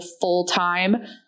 full-time